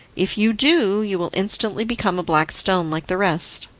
if you do, you will instantly become a black stone like the rest.